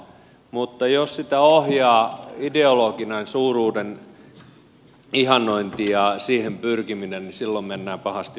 mutta jos sitä ohjaa ideologinen suuruuden ihannointi ja siihen pyrkiminen niin silloin mennään pahasti metsään